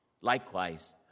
Likewise